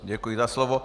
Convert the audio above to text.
Děkuji za slovo.